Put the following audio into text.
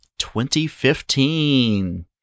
2015